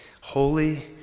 Holy